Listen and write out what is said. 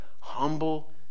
Humble